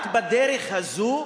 רק בדרך הזאת,